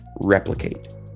replicate